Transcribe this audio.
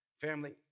Family